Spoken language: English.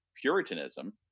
puritanism